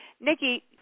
Nikki